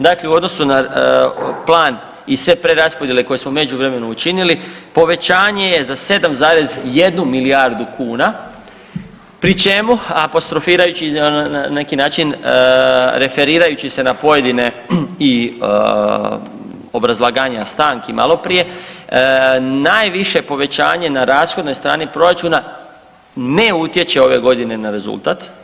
Dakle, u odnosu na plan i sve preraspodjele koje smo u međuvremenu učinili povećanje je za 7,1 milijardu kuna pri čemu apostrofirajući na neki način, referirajući se na pojedine i obrazlaganja stanki maloprije najviše povećanje na rashodnoj strani proračuna ne utječe ove godine na rezultat.